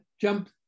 jump